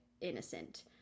innocent